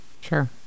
sure